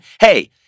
Hey